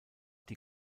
die